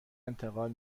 انتقال